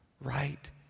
right